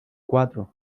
cuatro